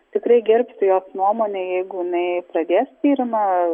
tikrai gerbsiu jos nuomonę jeigu jinai pradės tyrimą